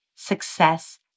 Success